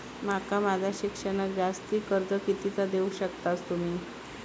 माका माझा शिक्षणाक जास्ती कर्ज कितीचा देऊ शकतास तुम्ही?